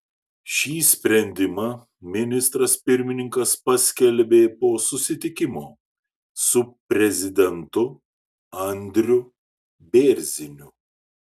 šį sprendimą ministras pirmininkas paskelbė po susitikimo su prezidentu andriu bėrziniu